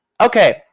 Okay